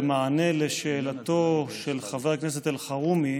במענה על שאלתו של חבר הכנסת אלחרומי